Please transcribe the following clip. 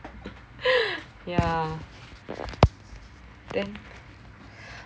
yeah then